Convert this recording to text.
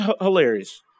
hilarious